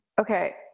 Okay